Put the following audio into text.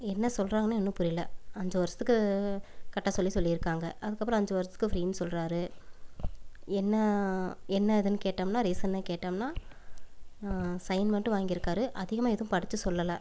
என்ன சொல்கிறாங்கன்னு ஒன்றும் புரியலை அஞ்சு வருஷத்துக்கு கட்ட சொல்லி சொல்லிருக்காங்க அதுக்கப்புறம் அஞ்சி வருஷத்துக்கு ஃப்ரீனு சொல்கிறாரு என்ன என்ன ஏதுன்னு கேட்டோம்னா ரீசன கேட்டோம்னா சைன் மட்டும் வாங்கிருக்கார் அதிகமாக எதுவும் படித்து சொல்லல